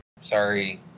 Sorry